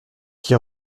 qui